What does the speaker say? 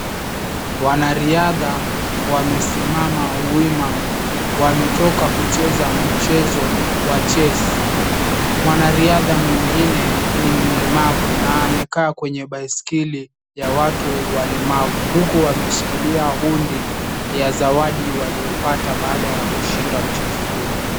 Wanariadha wamesimama wima. Wametoka kucheza mchezo wa chess . Mwanariadha mwengine ni mlemavu na amekaa kwenye baiskeli ya watu walemavu huku ameshikilia hundi ya zawadi waliyopata baada kushinda mchezo huo.